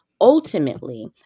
ultimately